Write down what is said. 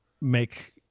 make